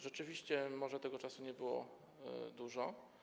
Rzeczywiście może tego czasu nie było dużo.